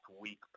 week